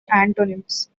antonyms